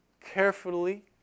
carefully